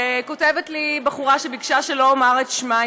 כותבת לי בחורה שביקשה שלא אומר את שמה.